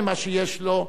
ממה שיש לו,